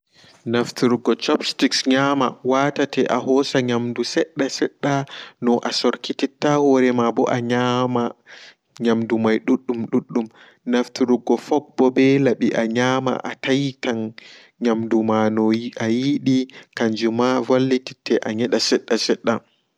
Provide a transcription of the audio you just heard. Naftirgo chopsticks nyama watate ahosa nyamdu sedda sedda no'a sorkititta horema ɓo a nyama nyamdu mai duddum naftirgo fork bo be laɓi anyama ataitan nyamduma no'a ayidi kanjuma wallete anyeda sedda sedda.